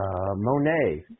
Monet